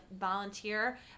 volunteer